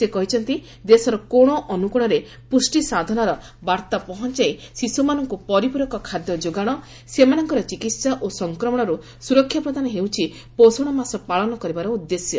ସେ କହିଛନ୍ତି ଦେଶର କୋଣ ଅନୁକୋଣରେ ପୁଷ୍ଟିସାଧନାର ବାର୍ତ୍ତା ପହଞ୍ଚାଇ ଶିଶୁମାନଙ୍କୁ ପରିପରକ ଖାଦ୍ୟ ଯୋଗାଣ ସେମାନଙ୍କର ଚିକିତ୍ସା ଓ ସଂକ୍ରମଣର୍ତ ସ୍ରରକ୍ଷା ପ୍ରଦାନ ହେଉଛି ପୋଷଣ ମାସ ପାଳନ କରିବାର ଉଦ୍ଦେଶ୍ୟ